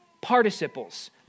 participles